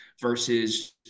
versus